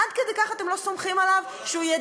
עד כדי כך אתם לא סומכים עליו, לא לעשות?